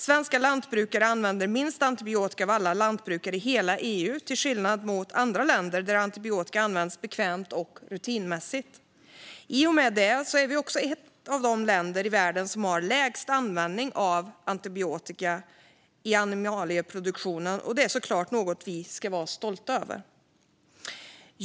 Svenska lantbrukare använder minst antibiotika av alla lantbrukare i hela EU, till skillnad från andra länder där antibiotika används bekvämt och rutinmässigt. I och med det är vi också ett av de länder i världen som har lägst användning av antibiotika i animalieproduktionen, och det är såklart någonting som vi ska vara stolta över.